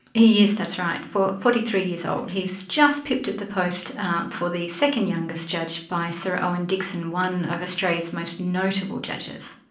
he is, that's right, forty three years old, he is just pipped at the post for the second youngest judge by sir owen dixon, one of australia's most notable judges.